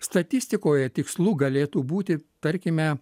statistikoje tikslu galėtų būti tarkime